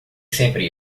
sempre